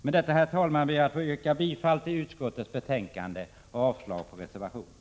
Med detta ber jag, herr talman, att få yrka bifall till utskottets hemställan och avslag på reservationerna.